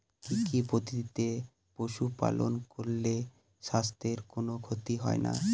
কি কি পদ্ধতিতে পশু পালন করলে স্বাস্থ্যের কোন ক্ষতি হয় না?